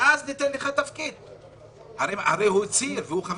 אנחנו נקבע בהזדמנות כוס קפה על העניין הפילוסופי.